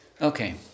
Okay